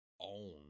own